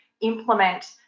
implement